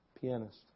pianist